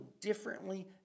differently